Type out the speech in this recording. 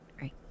right